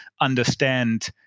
understand